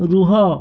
ରୁହ